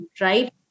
right